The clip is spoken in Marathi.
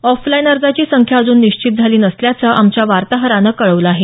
ऑफलाइन अर्जाची संख्या अजून निश्चित झाली नसल्याचं आमच्या वार्ताहरानं कळवलं आहे